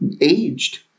aged